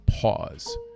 pause